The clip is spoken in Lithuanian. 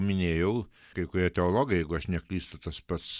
minėjau kai kurie teologai jeigu aš neklystu tas pats